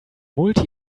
multi